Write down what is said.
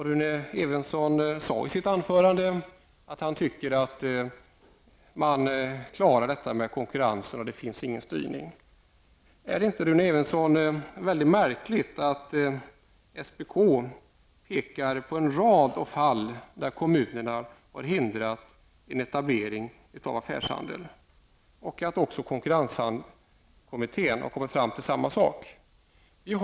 Rune Evensson sade i sitt anförande att han tycker att man klarar hanterandet av konkurrensen, att det inte finns någon styrning. Är det inte mycket märkligt, Rune Evensson, att SPK pekar på en rad fall där kommunerna har hindrat en etablering av affärshandeln. Även konkurrenskommittén har kommit fram till samma sak.